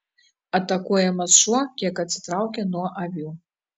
atakuojamas šuo kiek atsitraukė nuo avių